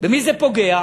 במי זה פוגע?